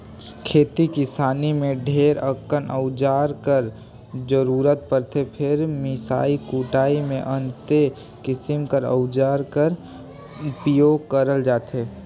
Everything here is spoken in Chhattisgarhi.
खेती किसानी मे ढेरे अकन अउजार कर जरूरत परथे फेर मिसई कुटई मे अन्ते किसिम कर अउजार कर उपियोग करल जाथे